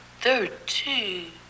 Thirteen